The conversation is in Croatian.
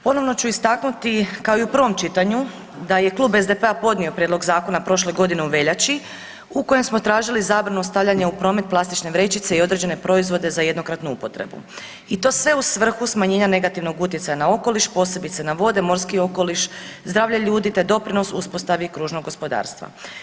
Ponovno ću istaknuti kao i u pravom čitanju da je klub SDP-a podnio prijedlog zakona prošle godine u veljači u kojem smo tražili zabranu stavljanja u promet plastične vrećice i određene proizvode za jednokratnu upotrebu i to sve u svrhu smanjenja negativnog utjecaja na okoliš, posebice na vode, morski okoliš, zdravlje ljudi te doprinos uspostavi kružnog gospodarstva.